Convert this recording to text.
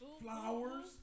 flowers